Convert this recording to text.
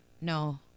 No